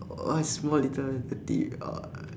!aww! small little the teeth !aww!